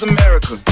America